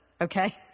okay